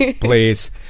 please